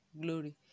glory